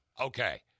Okay